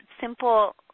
simple